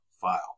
file